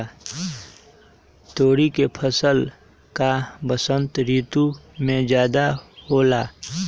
तोरी के फसल का बसंत ऋतु में ज्यादा होला?